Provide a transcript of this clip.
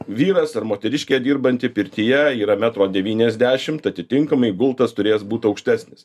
vyras ar moteriškė dirbanti pirtyje yra metro devyniasdešimt atitinkamai gultas turės būt aukštesnis